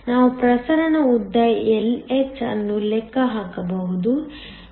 ನಾವು ಪ್ರಸರಣ ಉದ್ದ Lh ಅನ್ನು ಲೆಕ್ಕ ಹಾಕಬಹುದು